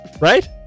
Right